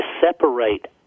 separate